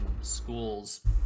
schools